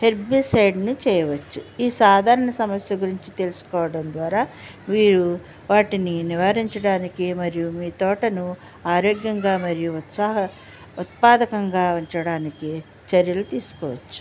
హెర్బిసైడ్ని చేయవచ్చు ఈ సాధారణ సమస్య గురించి తెలుసుకోవడం ద్వారా వీరు వాటిని నివారించడానికి మరియు మీ తోటను ఆరోగ్యంగా మరి ఉత్సాహ ఉత్పాదకంగా ఉంచడానికి చర్యలు తీసుకోవచ్చు